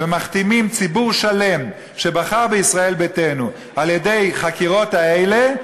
ומכתימים ציבור שלם שבחר בישראל ביתנו על-ידי החקירות האלה,